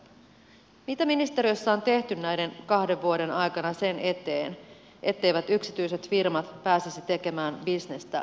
mitä ministeriössä on tehty näiden kahden vuoden aikana sen eteen etteivät yksityiset firmat pääsisi tekemään bisnestä lastensuojelulla